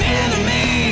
enemy